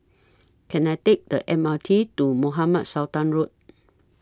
Can I Take The M R T to Mohamed Sultan Road